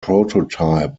prototype